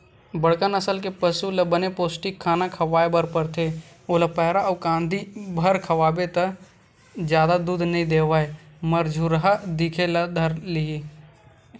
बड़का नसल के पसु ल बने पोस्टिक खाना खवाए बर परथे, ओला पैरा अउ कांदी भर खवाबे त जादा दूद नइ देवय मरझुरहा दिखे ल धर लिही